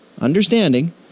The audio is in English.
understanding